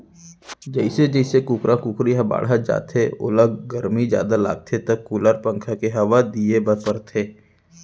जइसे जइसे कुकरा कुकरी ह बाढ़त जाथे ओला गरमी जादा लागथे त कूलर, पंखा के हवा दिये बर परथे